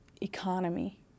economy